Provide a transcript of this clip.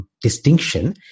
Distinction